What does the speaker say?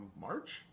March